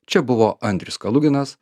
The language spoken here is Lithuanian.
čia buvo andrius kaluginas